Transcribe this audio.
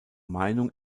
meinung